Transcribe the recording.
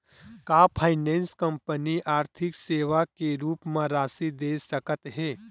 का finance company आर्थिक सेवा के रूप म राशि दे सकत हे?